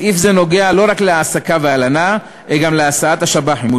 סעיף זה נוגע לא רק להעסקה והלנה אלא גם להסעת השב"חים,